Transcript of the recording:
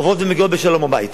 עוברות ומגיעות בשלום הביתה.